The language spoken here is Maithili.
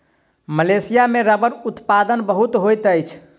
मलेशिया में रबड़ उत्पादन बहुत होइत अछि